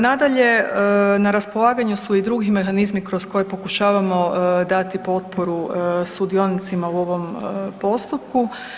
Nadalje, na raspolaganju su i drugi mehanizmi kroz koje pokušavamo dati potporu sudionicima u ovom postupku.